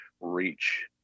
reach